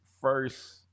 first